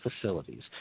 facilities